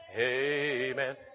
Amen